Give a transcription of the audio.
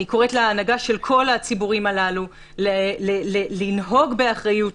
אני קוראת להנהגה של כל הציבורים הללו לנהוג באחריות.